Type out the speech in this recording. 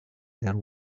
there